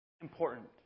important